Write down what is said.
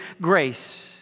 grace